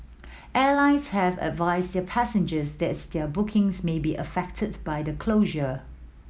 airlines have advised their passengers that their bookings may be affected by the closure